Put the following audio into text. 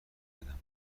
بدهم